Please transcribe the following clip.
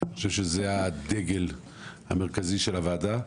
שאני חושב שזה הדגל המרכזי של הוועדה,